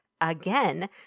Again